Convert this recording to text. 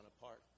apart